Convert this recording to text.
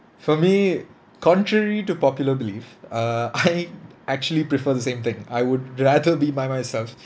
for me contrary to popular belief err I actually prefer the same thing I would rather be by myself